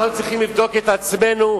אנחנו צריכים לבדוק את עצמנו.